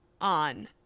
on